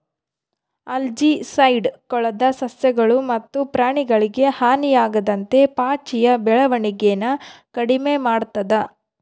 algicide ಕೊಳದ ಸಸ್ಯಗಳು ಮತ್ತು ಪ್ರಾಣಿಗಳಿಗೆ ಹಾನಿಯಾಗದಂತೆ ಪಾಚಿಯ ಬೆಳವಣಿಗೆನ ಕಡಿಮೆ ಮಾಡ್ತದ